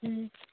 اۭں